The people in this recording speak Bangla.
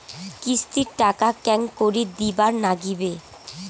কিস্তির টাকা কেঙ্গকরি দিবার নাগীবে?